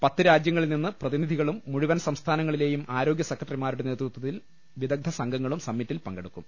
പത്ത് രാജ്യങ്ങളിൽ നിന്ന് പ്രതിനിധികളും മുഴുവൻ സംസ്ഥാനങ്ങ ളിലെയും ആരോഗ്യസെക്രട്ടറിമാരുടെ നേതൃത്വത്തിൽ വിദഗ്ദ്ധ സംഘങ്ങളും സമ്മിറ്റിൽ പങ്കെടുക്കും